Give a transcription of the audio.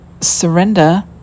surrender